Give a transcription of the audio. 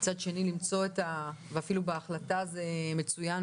מצד שני - ואפילו בהחלטה זה מצויין